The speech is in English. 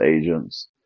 agents